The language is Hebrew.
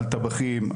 על טבחים.